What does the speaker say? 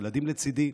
הילדים לצידי,